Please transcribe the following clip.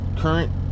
current